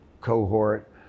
cohort